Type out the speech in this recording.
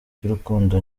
cy’urukundo